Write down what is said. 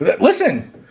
Listen